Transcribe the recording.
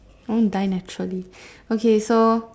I want to die naturally okay so